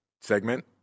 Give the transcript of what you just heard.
segment